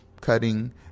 cutting